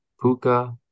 Puka